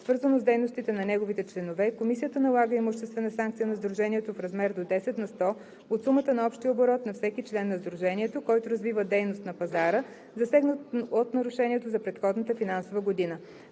свързано с дейностите на неговите членове, комисията налага имуществена санкция на сдружението в размер до 10 на сто от сумата на общия оборот на всеки член на сдружението, който развива дейност на пазара, засегнат от нарушението, за предходната финансова година.